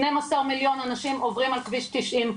12 מיליון אנשים עוברים על כביש 90,